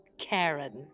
Karen